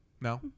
No